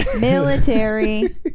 Military